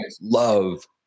love